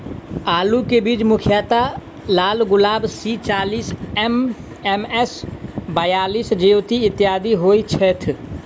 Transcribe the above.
आलु केँ बीज मुख्यतः लालगुलाब, सी चालीस, एम.एस बयालिस, ज्योति, इत्यादि होए छैथ?